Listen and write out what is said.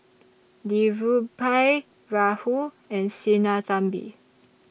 Dhirubhai Rahul and Sinnathamby